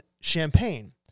Champagne